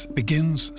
begins